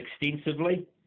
extensively